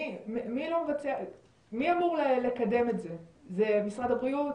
מי אמור לקדם את זה, משרד הבריאות?